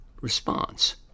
response